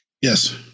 Yes